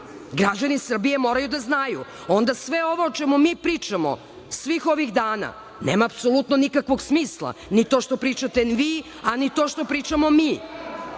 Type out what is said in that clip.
Građani Srbije moraju da znaju. Onda sve ovo o čemu mi pričamo, svih ovih dana nema apsolutno nikakvog smisla, ni to što pričate vi, a ni to što pričamo mi.